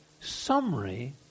summary